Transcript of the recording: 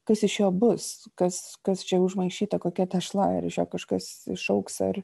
kas iš jo bus kas kas čia užmaišyta kokia tešla ir iš jo kažkas išaugs ar